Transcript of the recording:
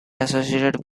associated